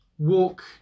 Walk